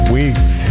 weeks